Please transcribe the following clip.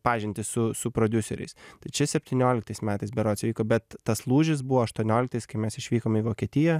pažintį su su prodiuseriais tai čia septynioliktais metais berods įvyko bet tas lūžis buvo aštuonioliktais kai mes išvykom į vokietiją